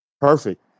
Perfect